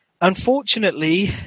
Unfortunately